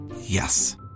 Yes